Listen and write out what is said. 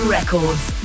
Records